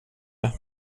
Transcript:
det